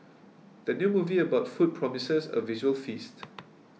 the new movie about food promises a visual feast